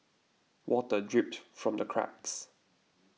water drips from the cracks